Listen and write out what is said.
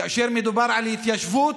כאשר מדובר על התיישבות,